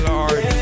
Lord